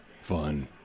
Fun